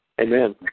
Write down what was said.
amen